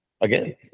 Again